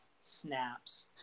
snaps